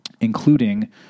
including